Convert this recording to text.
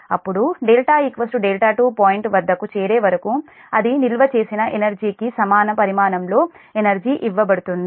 అప్పుడు δ δ2 పాయింట్ వద్దకు చేరే వరకు అదే నిల్వ చేసిన ఎనర్జీ కి సమాన పరిమాణంలో ఎనర్జీ ఇవ్వబడుతుంది